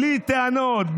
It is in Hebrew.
בלי טענות,